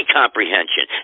comprehension